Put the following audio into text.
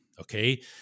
okay